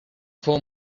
fou